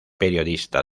periodista